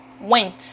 Went